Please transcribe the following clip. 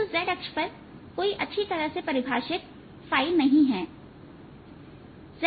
परंतु z अक्ष पर कोई अच्छी तरह से परिभाषित नहीं है